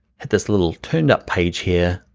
add this little turned up page here.